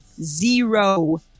zero